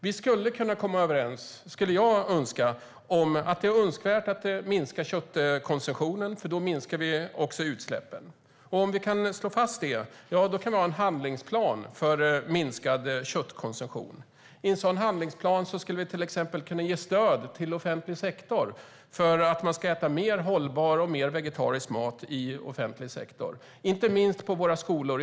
Jag skulle önska att vi skulle kunna komma överens om att det är önskvärt att minska köttkonsumtionen, för då minskar vi också utsläppen. Om vi kan slå fast det kan vi ha en handlingsplan för minskad köttkonsumtion. I en sådan handlingsplan skulle vi till exempel kunna ge stöd till offentlig sektor för att man ska äta mer hållbar och mer vegetarisk mat. Det gäller inte minst på våra skolor.